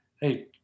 hey